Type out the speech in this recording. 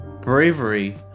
bravery